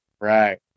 Right